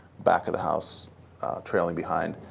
back of the house trailing behind.